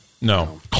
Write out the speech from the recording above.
No